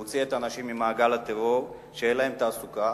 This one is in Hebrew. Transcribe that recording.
להוציא את האנשים ממעגל הטרור, שתהיה להם תעסוקה